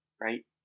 right